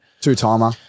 two-timer